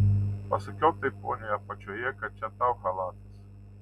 pasakiau tai poniai apačioje kad čia tau chalatas